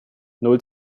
null